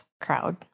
crowd